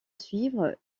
suivre